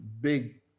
big